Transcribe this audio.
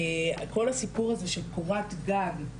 כל הסיפור הזה של קורת גג,